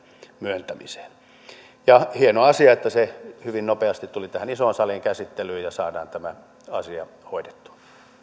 myöntämiseen on hieno asia että se hyvin nopeasti tuli tähän isoon saliin käsittelyyn ja saadaan tämä asia hoidettua